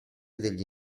degli